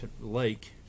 lake